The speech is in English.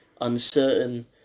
uncertain